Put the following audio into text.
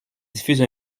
diffuse